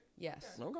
Yes